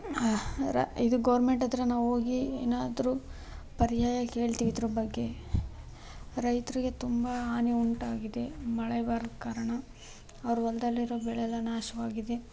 ಇದು ಗೌರ್ಮೆಂಟ್ ಹತ್ರ ನಾವು ಹೋಗಿ ಏನಾದರೂ ಪರ್ಯಾಯ ಕೇಳ್ತೀವಿ ಇದರ ಬಗ್ಗೆ ರೈತರಿಗೆ ತುಂಬ ಹಾನಿ ಉಂಟಾಗಿದೆ ಮಳೆ ಬಾರದ ಕಾರಣ ಅವರು ಹೊಲದಲ್ಲಿರೋ ಬೆಳೆ ಎಲ್ಲ ನಾಶವಾಗಿದೆ